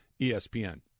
ESPN